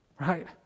right